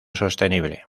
sostenible